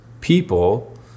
people